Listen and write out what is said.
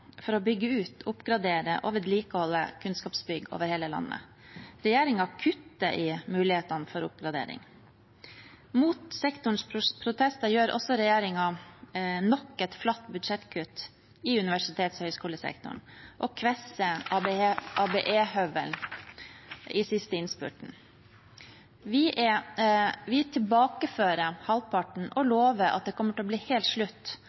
for å bygge ut, oppgradere og vedlikeholde kunnskapsbygg over hele landet. Regjeringen kutter i mulighetene for oppgradering. Mot sektorens protester gjør også regjeringen nok et flatt budsjettkutt i universitets- og høyskolesektoren og kvesser ABE-høvelen i siste innspurt. Vi tilbakefører halvparten og lover at det kommer til å bli helt slutt